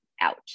out